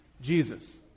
Jesus